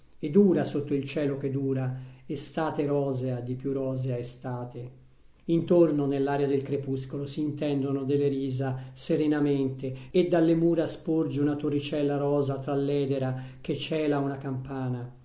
e dura sotto il cielo che dura estate rosea di più rosea estate intorno nell'aria del crepuscolo si intendono delle risa serenamente e dalle mura sporge una torricella rosa tra l'edera che cela una campana